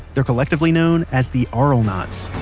they're collectively known as the auralnauts